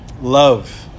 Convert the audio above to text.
love